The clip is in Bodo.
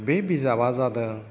बे बिजाबा जादों